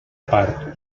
part